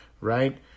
right